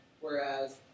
whereas